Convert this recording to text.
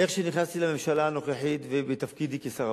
איך שנכנסתי לממשלה הנוכחית ובתפקידי כשר הפנים,